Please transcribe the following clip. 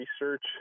research